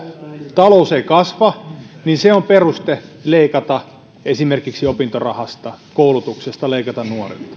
talous ei kasva se on peruste leikata esimerkiksi opintorahasta koulutuksesta leikata